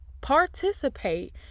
participate